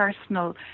personal